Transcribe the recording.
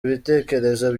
ibitekerezo